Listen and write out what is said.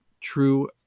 true